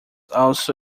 also